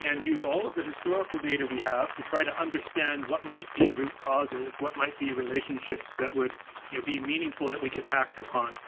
and use all of the historical data we have to try to understand what might be root causes, what might be relationships that would you know be meaningful that we could act upon?